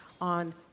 on